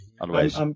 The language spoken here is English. Otherwise